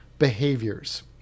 Behaviors